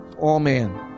Amen